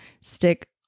stick